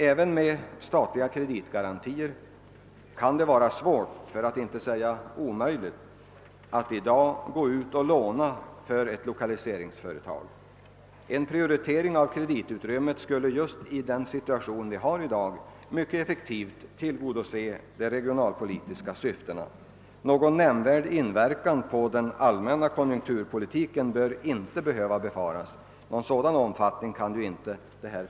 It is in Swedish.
Även med statliga garantier kan det vara svårt, för att inte säga omöjligt, att i dag gå ut och låna när det gäller ett lokaliseringsföretag. En prioritering av kreditutrymmet skulle just i den situation vi har i dag mycket effektivt tillgodose de regionalpolitiska syftena. Någon nämnvärd inverkan på den allmänna konjunkturpolitiken torde inte behöva befaras -— någon sådan omfattning kan ju detta inte få.